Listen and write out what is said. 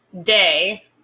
Day